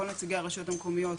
כל נציגי הרשויות המקומיות,